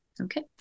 Okay